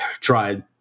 tried